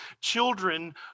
children